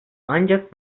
ancak